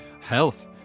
health